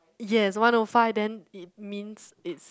yes one O five then it means it's